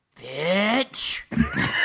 Bitch